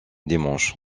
dimanche